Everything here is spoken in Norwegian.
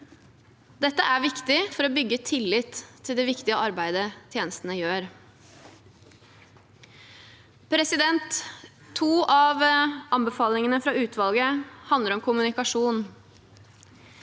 Dette er viktig for å bygge tillit til det viktige arbeidet tjenestene gjør. To av anbefalingene fra utvalget handler om kommunikasjon.